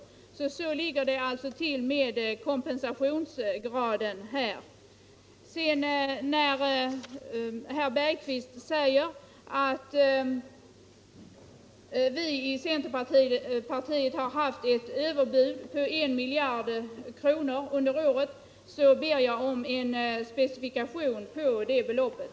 Så ligger det alltså till med kompensationsgraden. Eftersom herr Bergqvist säger att vi i centerpartiet har kommit med överbud på en miljard kronor under året måste jag be om en specifikation på det beloppet.